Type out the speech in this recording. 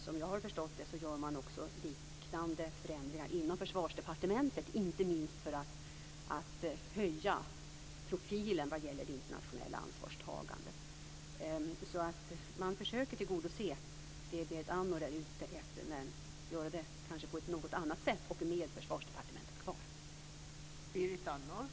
Som jag har förstått det gör man också liknande förändringar inom Försvarsdepartementet, inte minst för att höja profilen vad gäller det internationella ansvarstagandet. Man försöker alltså tillgodose det som Berit Andnor är ute efter men gör det kanske på ett något annat sätt och med Försvarsdepartementet kvar.